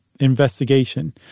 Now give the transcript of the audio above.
investigation